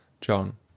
John